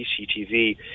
CCTV